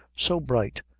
so bright,